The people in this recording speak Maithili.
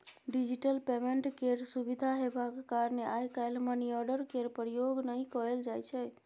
डिजिटल पेमेन्ट केर सुविधा हेबाक कारणेँ आइ काल्हि मनीआर्डर केर प्रयोग नहि कयल जाइ छै